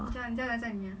你叫人家来载你啊